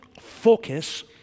focus